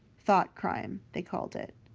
thoughtcrime, they called it.